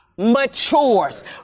matures